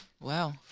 Wow